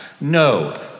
no